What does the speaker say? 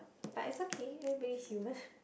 but it's okay everybody's human